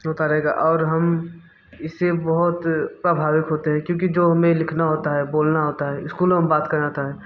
होता रहेगा और हम इसे बहुत प्रभावित होते हैं क्योंकि जो हमें लिखना होता है बोलना होता स्कूलों में बात करना होता है